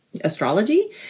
astrology